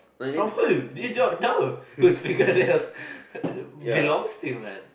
from who you don't know whose fingernails belongs to man